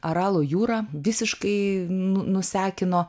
aralo jūrą visiškai nu nusekino